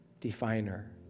definer